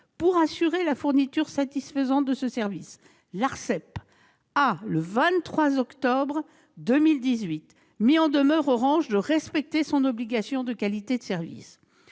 Pour assurer la fourniture satisfaisante de ce service, l'Arcep a, le 23 octobre 2018, mis en demeure Orange de respecter son obligation de qualité de service.